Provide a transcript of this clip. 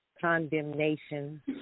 condemnation